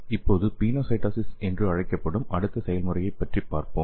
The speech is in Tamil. இப்போது பினோசைடோசிஸ் என்று அழைக்கப்படும் அடுத்த செயல்முறையைப் பற்றி பார்ப்போம்